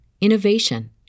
innovation